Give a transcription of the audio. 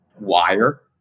wire